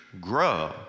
grow